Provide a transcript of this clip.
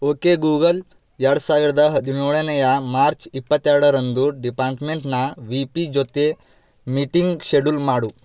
okay Google ಎರಡು ಸಾವಿರದ ಹದಿನೇಳನೆಯ ಮಾರ್ಚ್ ಇಪ್ಪತ್ತೆರಡರಂದು ಡಿಪಾರ್ಟ್ಮೆಂಟ್ನ ವಿ ಪಿ ಜೊತೆ ಮೀಟಿಂಗ್ ಶೆಡ್ಯೂಲ್ ಮಾಡು